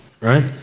Right